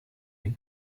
den